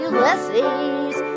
Ulysses